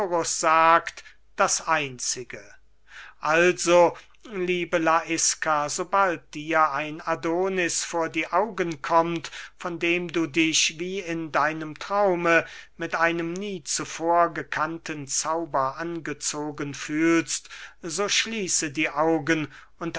sagt das einzige also liebe laiska sobald dir ein adonis vor die augen kommt von dem du dich wie in deinem traume mit einem nie zuvor gekannten zauber angezogen fühlst so schließe die augen